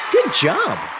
good job!